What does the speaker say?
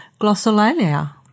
glossolalia